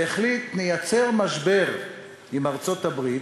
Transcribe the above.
והחליט לייצר משבר עם ארצות-הברית,